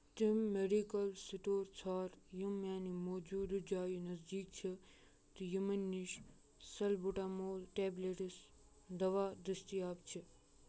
تِم medical store ژھار یِم میانہِ موٗجوٗدٕ جایہِ نزدیٖک چھِ تہٕ یِمَن نِش سلبیٛوٗٹامال ٹیبلِٹٕس دوا دٔستیاب چھِ